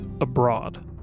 abroad